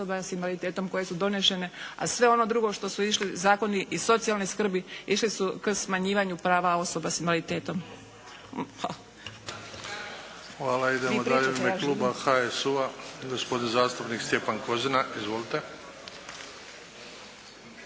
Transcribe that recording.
koje su donesene, a sve ono drugo što su išli zakoni i socijalne skrbi išli su k smanjivanju prava osoba s invaliditetom.